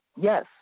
yes